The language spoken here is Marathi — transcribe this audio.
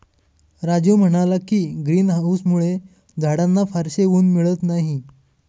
राजीव म्हणाला की, ग्रीन हाउसमुळे झाडांना फारसे ऊन मिळत नाही